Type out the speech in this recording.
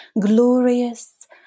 glorious